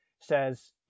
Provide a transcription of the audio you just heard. says